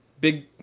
big